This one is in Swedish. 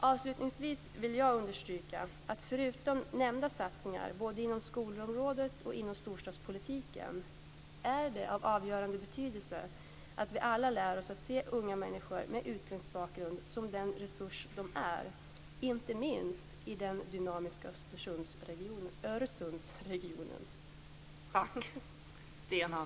Avslutningsvis vill jag understryka att förutom nämnda satsningar både inom skolområdet och inom storstadspolitiken är det av avgörande betydelse att vi alla lär oss att se unga människor med utländsk bakgrund som den resurs de är, inte minst i den dynamiska Öresundsregionen.